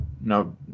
no